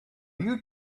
you